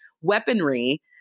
weaponry